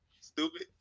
Stupid